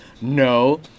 No